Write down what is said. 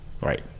right